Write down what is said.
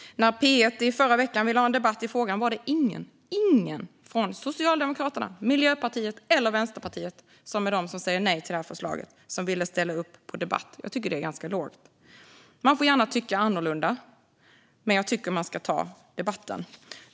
När P1 i förra veckan ville ha en debatt i frågan var det ingen från Socialdemokraterna, Miljöpartiet eller Vänsterpartiet, som är de som säger nej till det här förslaget, som ville ställa upp på debatt. Jag tycker att det är ganska lågt. Man får gärna tycka annorlunda, men jag tycker att man ska ta debatten.